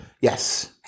Yes